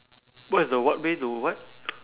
what is the what way to what